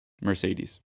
Mercedes